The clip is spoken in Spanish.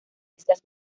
islas